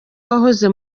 wahoze